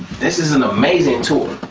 this is an amazing tour.